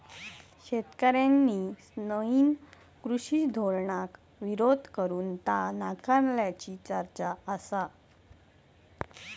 शेतकऱ्यांनी नईन कृषी धोरणाक विरोध करून ता नाकारल्याची चर्चा आसा